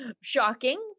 Shocking